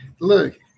Look